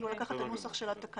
לקחת את הנוסח של התקנה.